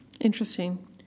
Interesting